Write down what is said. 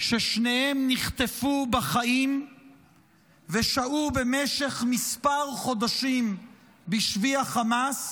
ששניהם נחטפו בחיים ושהו במשך כמה חודשים בשבי החמאס,